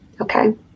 Okay